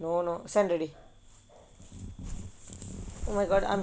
no no send already oh my god